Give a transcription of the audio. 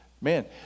Man